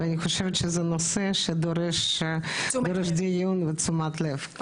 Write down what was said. ואני חושבת שזה נושא שדורש דיון ותשומת לב.